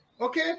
Okay